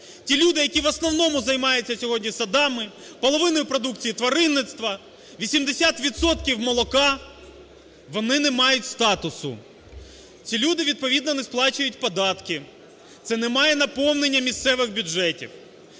ті люди, які в основному займаються сьогодні садами, половиною продукції тваринництва, 80 відсотків молока. Вони не мають статусу. Ці люди відповідно не сплачують податки, це немає наповнення місцевих бюджетів.